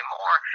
more